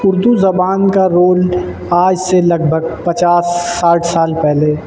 اردو زبان کا رول آج سے لگ بھگ پچاس ساٹھ سال پہلے